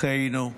אחינו,